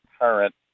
current